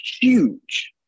huge